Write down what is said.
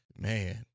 man